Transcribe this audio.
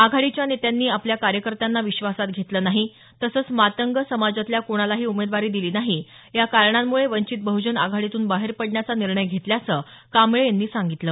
आघाडीच्या नेत्यांनी आपल्या कार्यकर्त्यांना विश्वासात घेतलं नाही तसंच मातंग समाजातल्या कोणालाही उमेदवारी दिली नाही या कारणांमुळे वंचित बहूजन आघाडीतून बाहेर पडण्याचा निर्णय घेतल्याचं कांबळे यांनी सांगितलं